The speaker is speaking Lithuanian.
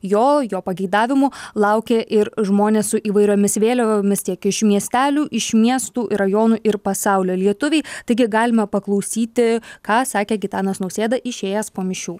jo jo pageidavimu laukė ir žmonės su įvairiomis vėliavomis tiek iš miestelių iš miestų rajonų ir pasaulio lietuviai taigi galime paklausyti ką sakė gitanas nausėda išėjęs po mišių